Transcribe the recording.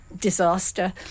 disaster